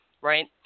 right